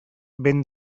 vent